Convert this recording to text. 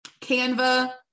Canva